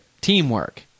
Teamwork